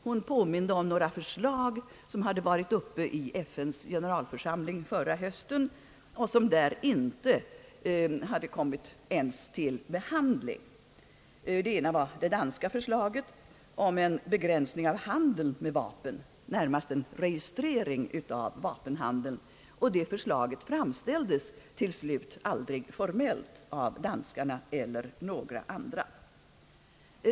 Hon påminde om några förslag som hade förelegat i FN:s generalförsamling förra hösten och som där inte ens hade tagits upp till behandling. Det ena var det danska förslaget om en begränsning av handeln med vapen, närmast en registrering av vapenhandeln. Detta förslag framställdes till slut aldrig formellt av danskarna eller några andra.